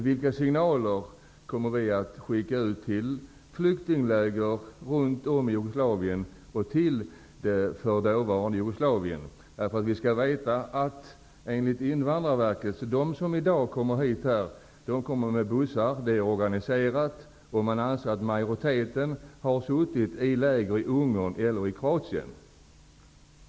Vilka signaler kommer vi att skicka ut till flyktingläger runt om i det f.d. Jugoslavien? Enligt Invandrarverket kommer de asylsökande hit genom organiserade bussresor. Man säger att majoriteten har suttit i läger i Ungern eller i Kroatien.